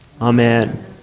Amen